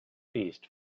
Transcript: feast